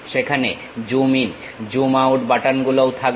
সেখানে zoom in zoom out button গুলোও থাকবে